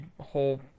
whole